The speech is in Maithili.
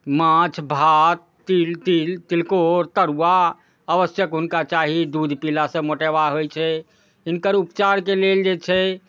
माछ भात तिल तिल तिलकोर तरुआ आवश्यक हुनका चाही दूध पीलासँ मोटापा होइ छै जिनकर उपचारके लेल जे छै